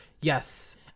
Yes